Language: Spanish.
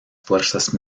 fuerzas